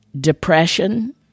Depression